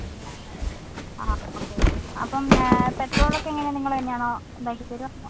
triple nine അല്ലേ ആ okay okay അപ്പം പെട്രോൾ ഒക്കെ എങ്ങനെയാണ് നിങ്ങൾ തന്നെയാണോ ഉണ്ടാക്കിത്തരുക അതോ